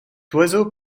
oiseau